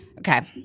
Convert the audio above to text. Okay